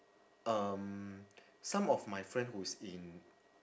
um some of my friend who's in